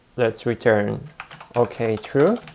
let's return ok, true,